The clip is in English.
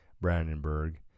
Brandenburg